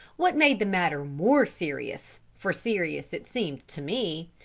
what made the matter more serious, for serious it seemed to me,